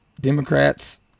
Democrats